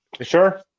Sure